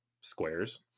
squares